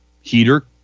heater